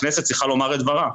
הכנסת צריכה לומר את דברה.